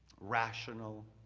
rational